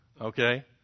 okay